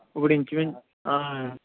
ఇప్పుడు ఇంచుమించు